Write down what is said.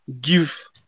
give